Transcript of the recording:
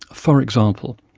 for example,